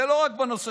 זה לא רק בנושא